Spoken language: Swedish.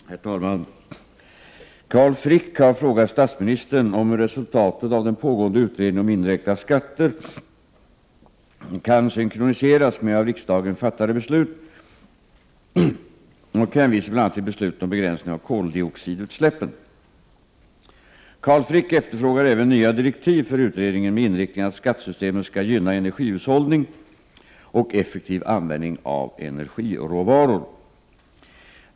Herr talman! Carl Frick har frågat statsministern om hur resultaten av den pågående utredningen om indirekta skatter kan synkroniseras med av riksdagen fattade beslut och hänvisar bl.a. till beslut om begränsning av koldioxidutsläppen. Carl Frick efterfrågar även nya direktiv för utredningen med inriktning att skattesystemet skall gynna energihushållning och effektiv användning av energiråvaror.